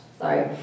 sorry